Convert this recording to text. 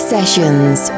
Sessions